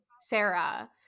Sarah